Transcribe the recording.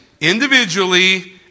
individually